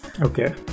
Okay